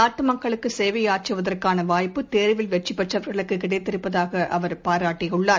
நாட்டுமக்களுக்குசேவையாற்றுவதற்கானவாய்ப்பு தேர்வில் வெற்றி பெற்றவர்களுக்குகிடைத்திருப்பதாக அவரபாராட்டியுள்ளார்